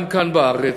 גם כאן בארץ,